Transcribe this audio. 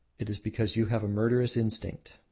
it is because you have murderous instinct.